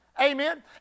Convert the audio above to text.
Amen